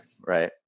Right